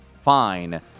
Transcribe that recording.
fine